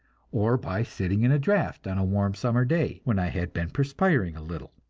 or by sitting in a draft on a warm summer day, when i had been perspiring a little.